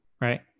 right